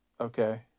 okay